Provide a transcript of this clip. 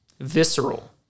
visceral